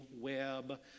web